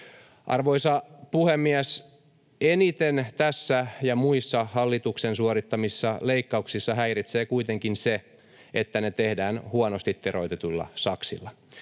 Arvoisa puhemies! Eniten tässä ja muissa hallituksen suorittamissa leikkauksissa häiritsee kuitenkin se, että ne tehdään huonosti teroitetuilla saksilla.